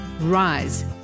Rise